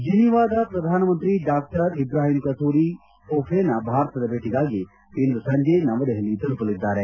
ಜೆನಿವಾದ ಪ್ರಧಾನಮಂತ್ರಿ Dr Ibrahima Kassory Fofana ಭಾರತದ ಭೇಟಿಗಾಗಿ ಇಂದು ಸಂಜೆ ನವದೆಹಲಿ ತಲುಪಲಿದ್ದಾರೆ